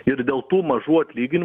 ir dėl tų mažų atlyginimų